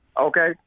Okay